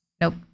Nope